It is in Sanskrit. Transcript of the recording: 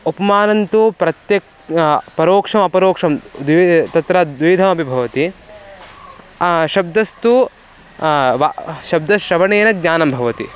उपमानं तु प्रत्यक्षं परोक्षम् अपरोक्षं द्विविधं तत्र द्विविधमपि भवति शब्दस्तु वा शब्दश्रवणेन ज्ञानं भवति